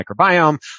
microbiome